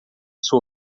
sua